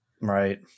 Right